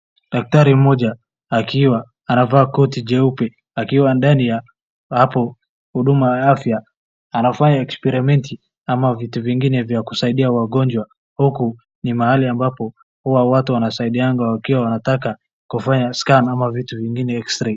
Dakitari mmoja akiwa amevaa koti jeupe akiwa ndani ya hapo huduma ya afya anafanya experiement ama vitu zingine za kusaidia wagonjwa. Huku ni mahali ambapo huwa watu wanasaidiwa ikiwa wanataka kufanya scan ama vitu zingine exray .